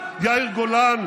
יאיר גולן,